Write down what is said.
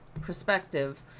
perspective